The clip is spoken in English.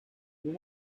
you